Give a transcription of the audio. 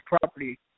property